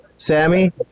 Sammy